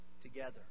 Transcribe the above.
together